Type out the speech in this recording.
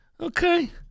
okay